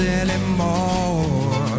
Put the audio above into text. anymore